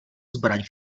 zbraň